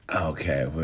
okay